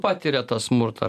patiria tą smurtą